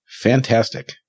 fantastic